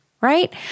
right